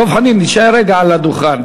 דב חנין, תישאר רגע על הדוכן.